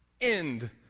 end